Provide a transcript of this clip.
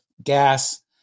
Gas